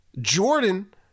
Jordan